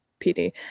pd